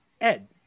Ed